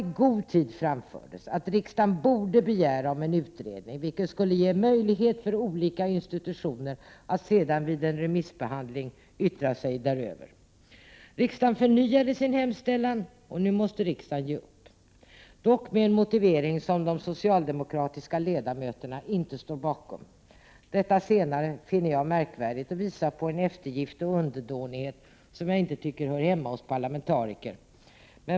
I god tid framfördes att riksdagen borde begära en utredning, vilket skulle möjliggöra för olika institutioner att sedan vid en remissbehandling kunna yttra sig i frågan. Riksdagen förnyade sin hemställan, och nu måste riksdagen ge upp — dock med en motivering som de socialdemokratiska ledamöterna inte står bakom. Det sistnämnda finner jag anmärkningsvärt och anser att det är en eftergift och en underdånighet som jag inte tycker hör hemma bland parlamentariker.